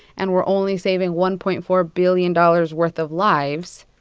and we're only saving one point four billion dollars worth of lives.